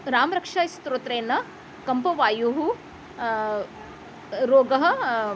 रामरक्षास्तोत्रेण कम्पुवायुः रोगः